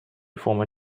former